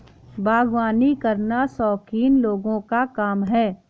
बागवानी करना शौकीन लोगों का काम है